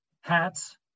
hats